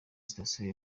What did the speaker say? sitasiyo